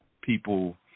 people